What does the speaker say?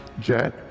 Jet